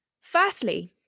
firstly